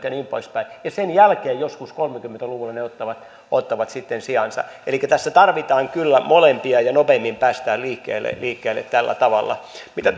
ja niin poispäin ja sen jälkeen joskus kolmekymmentä luvulla ne ottavat ottavat sijansa elikkä tässä tarvitaan kyllä molempia ja nopeimmin päästään liikkeelle tällä tavalla mitä